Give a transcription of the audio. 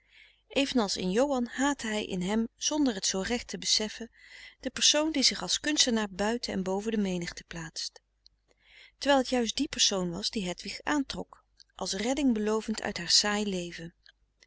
evenals in johan haatte hij in hem zonder het zoo recht te beseffen den persoon die zich als kunstenaar buiten en boven de menigte plaatst terwijl het juist die persoon was die hedwig aantrok als redding belovend uit haar saaie leven